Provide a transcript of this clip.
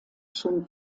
schon